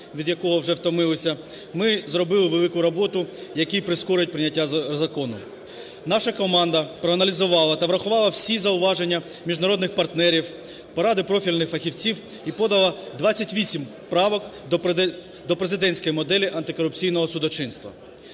від якого вже втомилися, ми зробили велику роботу, яка прискорить прийняття закону. Наша команда проаналізувала та врахувала всі зауваження міжнародних партнерів, поради профільних фахівців і подала 28 правок до президентської моделі антикорупційного судочинства.